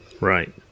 right